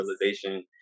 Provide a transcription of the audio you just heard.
realization